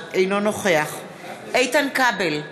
אינו נוכח איתן כבל,